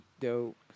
Dope